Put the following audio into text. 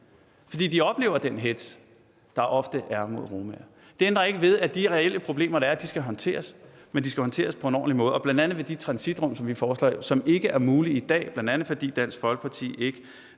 fordi de oplever den hetz, der ofte er mod romaer. Det ændrer ikke ved, at de reelle problemer, der er, skal håndteres. Men de skal håndteres på en ordentlig måde, f.eks. ved de transitrum, som vi foreslår, og som ikke er mulige i dag, bl.a. fordi Dansk Folkeparti ikke